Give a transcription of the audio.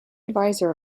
adviser